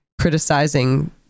criticizing